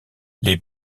les